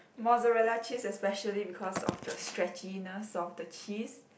mozzarella cheese especially because of the stretchiness of the cheese